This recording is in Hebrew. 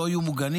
לא יהיו מוגנים?